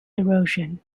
erosion